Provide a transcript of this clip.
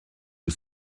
aux